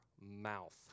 mouth